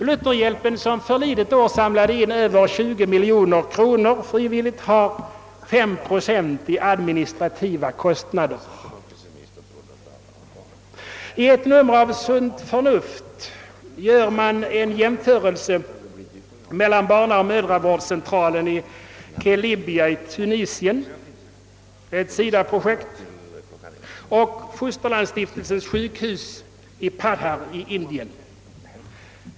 Lutherhjälpen, som förlidet år samlade in över 20 miljoner kronor, har 5 procent i administrativa kostnader. I ett nummer av Sunt Förnuft gör man en jämförelse mellan barnaoch mödravårdscentralen i Kelibia i Tunisien, ett SIDA-projekt, och Fosterlandsstiftelsens sjukhus i Padhar i Indien.